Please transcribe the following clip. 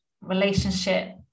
relationship